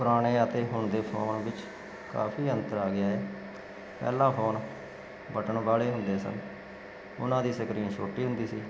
ਪੁਰਾਣੇ ਅਤੇ ਹੁਣ ਦੇ ਫੋਨ ਵਿੱਚ ਕਾਫੀ ਅੰਤਰ ਆ ਗਿਆ ਪਹਿਲਾ ਫੋਨ ਬਟਨ ਵਾਲੇ ਹੁੰਦੇ ਸਨ ਉਹਨਾਂ ਦੀ ਸਕਰੀਨ ਛੋਟੀ ਹੁੰਦੀ ਸੀ